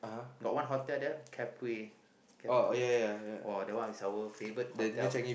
got one hotel there Capri !wah! that one is our favourite hotel